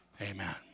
Amen